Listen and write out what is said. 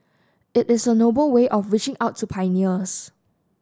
it is a noble way of reaching out to pioneers